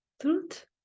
truth